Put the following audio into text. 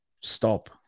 stop